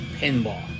pinball